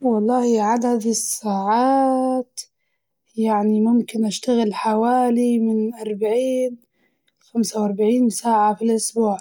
والله عدد الساعات يعني ممكن أشتغل حوالي من أربعين لخمسة وأربعين ساعة في الأسبوع،